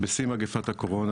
בשיא מגפת הקורונה,